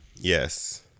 Yes